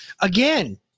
Again